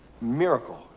miracle